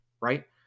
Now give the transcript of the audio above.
right